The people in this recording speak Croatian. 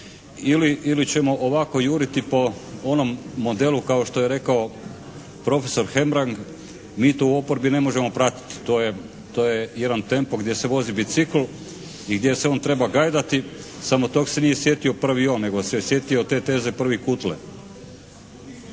ili ćemo ovako juriti po onom modelu kao što je rekao profesor Hebrang, mi to u oporbi ne možemo pratiti. To je jedan tempo gdje se vozi bicikl i gdje se on treba gajdati, samo tog se nije sjetio prvi on, nego se sjetio te teze prvi Kutle.